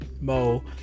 Mo